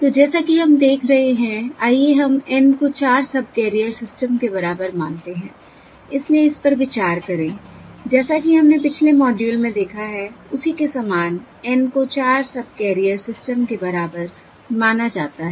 तो जैसा कि हम देख रहे हैं आइए हम N को 4 सबकैरियर सिस्टम के बराबर मानते हैं इसलिए इस पर विचार करें जैसा कि हमने पिछले मॉड्यूल में देखा है उसी के समान N को 4 सबकैरियर सिस्टम के बराबर माना जाता है